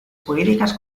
jurídicas